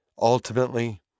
Ultimately